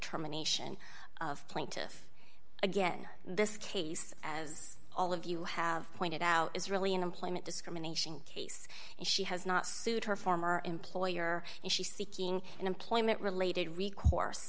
trauma nation of plaintiff again this case as all of you have pointed out is really an employment discrimination case and she has not sued her former employer and she seeking an employment related recourse